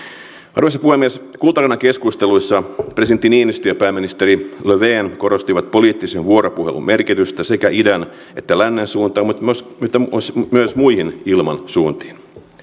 arvoisa puhemies kultarannan keskusteluissa presidentti niinistö ja pääministeri löfven korostivat poliittisen vuoropuhelun merkitystä sekä idän että lännen suuntaan mutta myös muihin ilmansuuntiin